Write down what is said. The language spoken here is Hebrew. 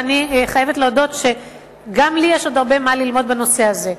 ואני חייבת להודות שגם לי יש עוד הרבה מה ללמוד בנושא הזה.